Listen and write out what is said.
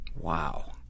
wow